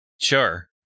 Sure